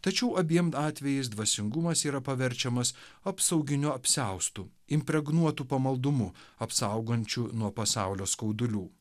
tačiau abiem atvejais dvasingumas yra paverčiamas apsauginiu apsiaustu impregnuotu pamaldumu apsaugančiu nuo pasaulio skaudulių